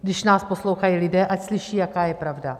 Když nás poslouchají lidé, ať slyší, jaká je pravda.